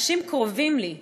אנשים קרובים לי,